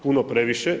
Puno, previše.